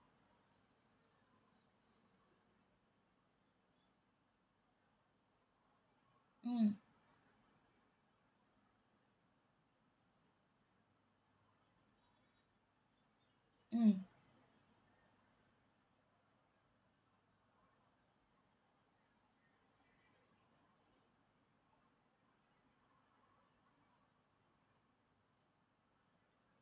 mm mm